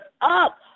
up